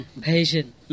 patient